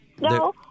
No